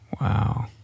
Wow